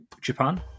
Japan